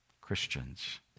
Christians